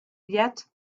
yet